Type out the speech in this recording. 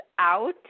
out